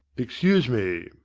excuse me.